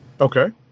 Okay